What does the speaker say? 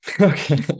Okay